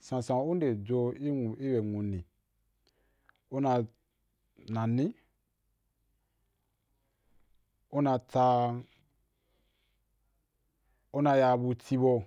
sansan u nde dzu ì nwu, i bya nwu ni una nani, una tsa, una ya buti bau